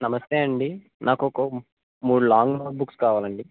నమస్తే అండి నాకొక మూడు లాంగ్ నోట్బుక్స్ కావాలండి